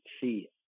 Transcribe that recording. see